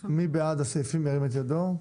מי בעד הסעיפים ירים את ידו?